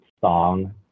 song